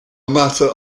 matter